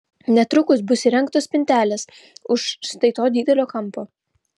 netrukus bus įrengtos spintelės už štai to didelio kampo